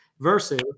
Versus